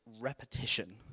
repetition